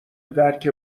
درک